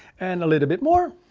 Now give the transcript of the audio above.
and a little bit more.